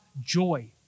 joy